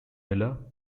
miller